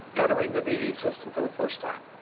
entering the dd system for the first time.